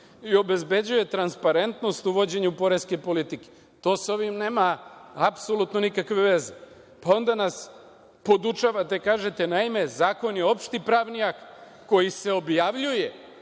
i obezbeđuje transparentnost u vođenju poreske politike“. To sa ovim nema apsolutno nikakve veze. Pa onda nas podučavate i kažete – Zakon je opšti pravni akt koji se objavljuje.